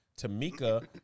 Tamika